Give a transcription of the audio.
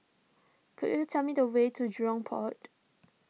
could you tell me the way to Jurong Port